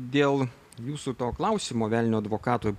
dėl jūsų to klausimo velnio advokato